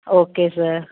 okay sir